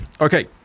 Okay